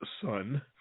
son